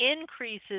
increases